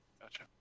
Gotcha